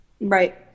Right